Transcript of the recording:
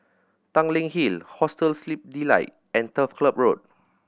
Tanglin Hill Hostel Sleep Delight and Turf Club Road